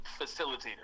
facilitator